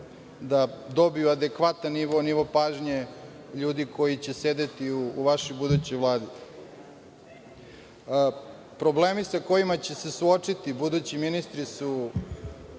da dobiju adekvatan nivo, nivo pažnje ljudi koji će sedeti u vašoj budućoj Vladi. Problemi sa kojima će se suočiti budući ministri su